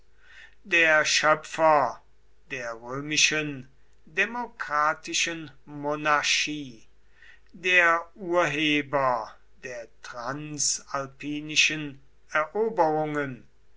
der schöpfer der römischen demokratischen monarchie der urheber der transalpinischen eroberungen